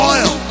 Oil